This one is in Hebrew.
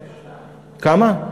כמה?